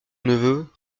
neveu